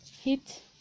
hit